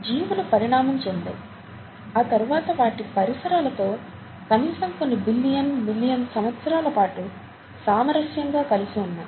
జీవులు పరిణామం చెందాయి ఆ తరువాత వాటి పరిసరాలతో కనీసం కొన్ని బిలియన్ మిలియన్ సంవత్సరాల పాటు సామరస్యంగా కలిసి ఉన్నాయి